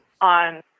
on